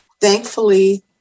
Thankfully